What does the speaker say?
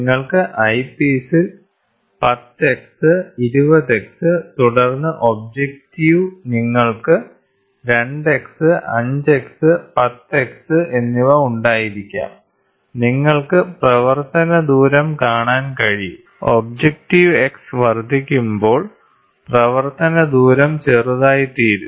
നിങ്ങൾക്ക് ഐപീസിൽ 10 x 20 x തുടർന്ന് ഒബ്ജക്റ്റീവ് നിങ്ങൾക്ക് 2x 5x 10x എന്നിവ ഉണ്ടായിരിക്കാം നിങ്ങൾക്ക് പ്രവർത്തന ദൂരം കാണാൻ കഴിയും ഒബ്ജക്ടീവ് X വർദ്ധിക്കുമ്പോൾ പ്രവർത്തന ദൂരം ചെറുതായിത്തീരും